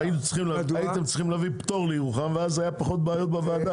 עובד שיכול לקנות חופשי-חודשי,